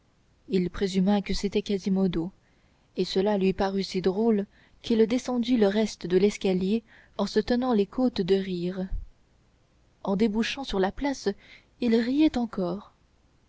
il présuma que c'était quasimodo et cela lui parut si drôle qu'il descendit le reste de l'escalier en se tenant les côtes de rire en débouchant sur la place il riait encore